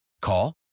Call